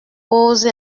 pose